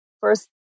first